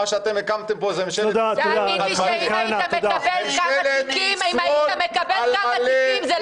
מה שאתם הקמתם פה זה ממשלת ------ אם היית מקבל ככה תיקים זאת